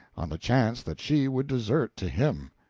on the chance that she would desert to him.